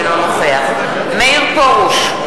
אינו נוכח מאיר פרוש,